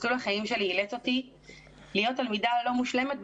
מסלול החיים שלי אילץ אותי להיות תלמידה לא מושלמת,